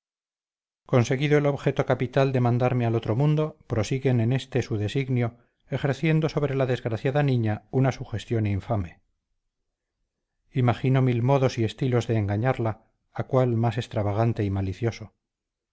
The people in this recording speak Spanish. conseguido el objeto capital de mandarme al otro mundo prosiguen en éste su designio ejerciendo sobre la desgraciada niña una sugestión infame imagino mil modos y estilos de engañarla a cuál más extravagante y malicioso